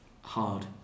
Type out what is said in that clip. hard